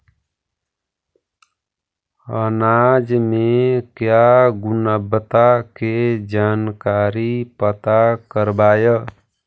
अनाज मे क्या गुणवत्ता के जानकारी पता करबाय?